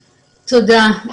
תודה.